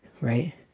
right